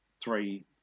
three